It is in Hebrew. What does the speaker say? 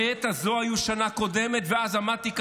בשנה הקודמת היו בעת הזו 30,